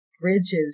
bridges